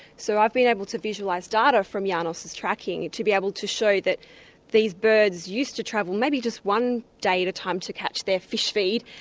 so i've been able to visualise data from janos' tracking, to be able to show that these birds used to travel maybe just one day at a time to catch their fish feed,